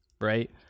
right